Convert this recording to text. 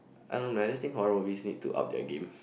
I don't know man I just think horror movies need to up their game